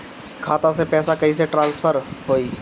खाता से पैसा कईसे ट्रासर्फर होई?